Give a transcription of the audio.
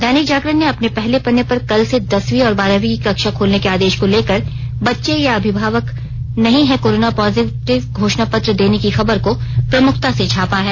दैनिक जागरण ने अपने पहले पन्ने पर कल से दसवीं और बारहवीं की कक्षा खोलने के आदेश को लेकर बच्चे या अभिभावक नहीं है कोरोना पॉजिटिव घोषणा पत्र देने की खबर को प्रमुखता से छापा है